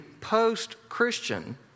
post-christian